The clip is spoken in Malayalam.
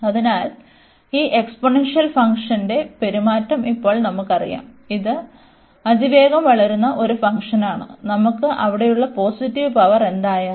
അതിനാൽ ഈ എക്സ്പോണൻഷ്യൽ ഫംഗ്ഷന്റെ പെരുമാറ്റം ഇപ്പോൾ നമുക്കറിയാം ഇത് അതിവേഗം വളരുന്ന ഒരു ഫംഗ്ഷനാണ് നമുക്ക് അവിടെയുള്ള പോസിറ്റീവ് പവർ എന്തായാലും